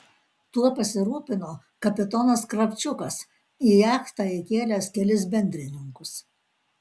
tuo pasirūpino kapitonas kravčiukas į jachtą įkėlęs kelis bendrininkus